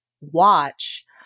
watch